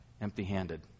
empty-handed